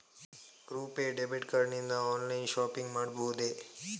RuPay debit card ನಿಂದ online shopping ಮಾಡಬಹುದೇ?